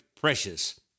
precious